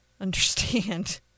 understand